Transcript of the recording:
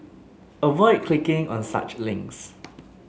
avoid clicking on such links